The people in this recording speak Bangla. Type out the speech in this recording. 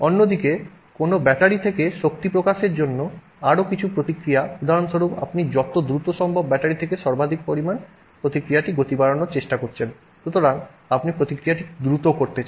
অন্যদিকে কোনও ব্যাটারি থেকে শক্তি প্রকাশের জন্য আরও কিছু প্রতিক্রিয়া উদাহরণস্বরূপ আপনি যত দ্রুত সম্ভব ব্যাটারি থেকে সর্বাধিক বর্তমান প্রতিক্রিয়াটি গতি বাড়ানোর চেষ্টা করছেন সুতরাং আপনি প্রতিক্রিয়া দ্রুত করতে চান